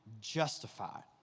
justified